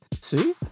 See